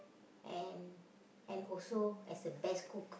and and also as a best cook